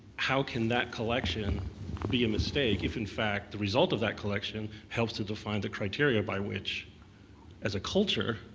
how can that collection be a mistake if in fact the result of that collection helps to define the criteria by which as a culture,